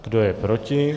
Kdo je proti?